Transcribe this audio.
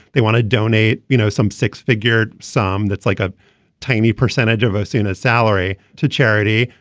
they want to donate you know some six figure sum that's like a tiny percentage of osuna salary to charity.